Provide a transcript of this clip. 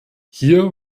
hier